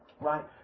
right